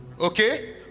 Okay